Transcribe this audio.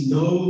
no